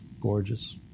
gorgeous